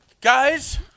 Guys